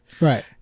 Right